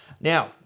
Now